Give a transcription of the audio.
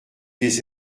des